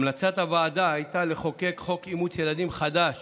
המלצת הוועדה הייתה לחוקק חוק אימוץ ילדים חדש